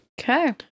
Okay